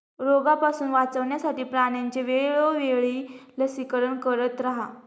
रोगापासून वाचवण्यासाठी प्राण्यांचे वेळोवेळी लसीकरण करत रहा